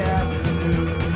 afternoon